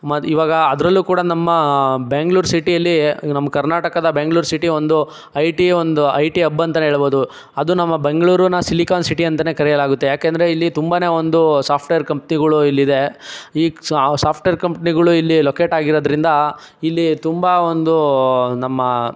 ಮತ್ತು ಈವಾಗ ಅದರಲ್ಲೂ ಕೂಡ ನಮ್ಮ ಬೆಂಗ್ಳೂರು ಸಿಟಿಲಿ ಈಗ ನಮ್ಮ ಕರ್ನಾಟಕದ ಬೆಂಗ್ಳೂರು ಸಿಟಿ ಒಂದು ಐ ಟಿ ಒಂದು ಐ ಟಿ ಹಬ್ ಅಂತಲೇ ಹೇಳ್ಬೋದು ಅದು ನಮ್ಮ ಬೆಂಗಳೂರಿನ ಸಿಲಿಕಾನ್ ಸಿಟಿ ಅಂತಲೇ ಕರೆಯಲಾಗುತ್ತೆ ಏಕೆಂದ್ರೆ ಇಲ್ಲಿ ತುಂಬನೇ ಒಂದು ಸಾಫ್ಟ್ವೇರ್ ಕಂಪ್ನಿಗಳು ಇಲ್ಲಿದೆ ಈ ಸಾಫ್ಟ್ವೇರ್ ಕಂಪ್ನಿಗಳು ಇಲ್ಲಿ ಲೊಕೇಟ್ ಆಗಿರೋದ್ರಿಂದ ಇಲ್ಲಿ ತುಂಬ ಒಂದು ನಮ್ಮ